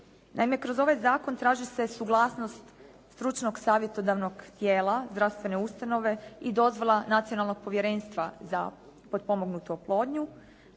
Naime kroz ovaj zakon traži se suglasnost stručnog savjetodavnog tijela, zdravstvene ustanove i dozvola Nacionalnog povjerenstva za potpomognutu oplodnju.